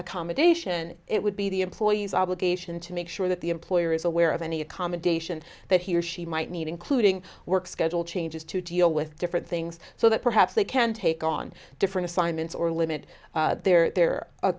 accommodation it would be the employee's obligation to make sure that the employer is aware of any accommodation that he or she might need including work schedule changes to deal with different things so that perhaps they can take on different assignments or limit